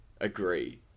agree